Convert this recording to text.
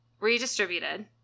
redistributed